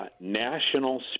National